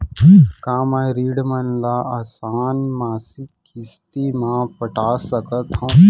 का मैं ऋण मन ल आसान मासिक किस्ती म पटा सकत हो?